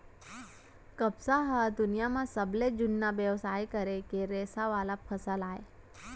कपसा ह दुनियां म सबले जुन्ना बेवसाय करे के रेसा वाला फसल अय